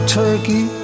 turkey